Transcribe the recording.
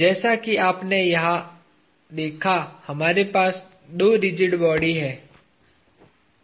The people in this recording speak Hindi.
जैसा कि आप यहां देख सकते हैं हमारे पास दो रिजिड बॉडी हैं